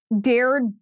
dared